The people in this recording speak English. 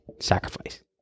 sacrifice